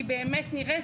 כי היא באמת נראית,